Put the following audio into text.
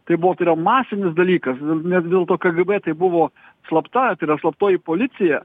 tai buvo tai yra masinis dalykas nes vis dėlto kgb tai buvo slapta tai yra slaptoji policija